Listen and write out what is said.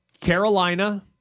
Carolina